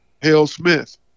Hale-Smith